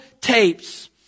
tapes